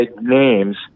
names